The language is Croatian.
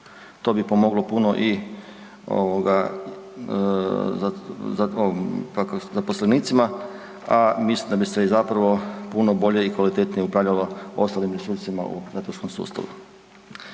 To bi pomoglo puno i ovoga zaposlenicima, a mislim da bi se i zapravo puno bolje i kvalitetnije upravljalo ostalim resursima u zatvorskom sustavu.